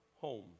home